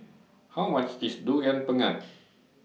How much IS Durian Pengat